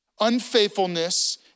Unfaithfulness